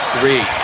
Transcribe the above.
Three